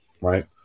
right